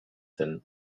zen